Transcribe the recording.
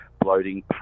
bloating